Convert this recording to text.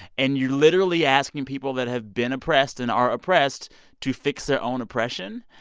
and you're literally asking people that have been oppressed and are oppressed to fix their own oppression.